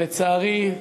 ולצערי,